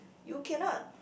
you cannot